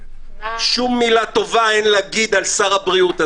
שום מילה טובה אין להגיד על שר הבריאות הזה.